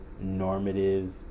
normative